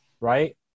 right